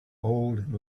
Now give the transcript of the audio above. old